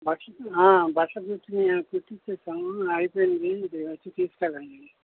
బట్టలు బట్టలు కుట్టినవా కుట్టి ఇచ్చేశాము అయిపొయింది మీరు వచ్చి తీసుకెళ్ళండి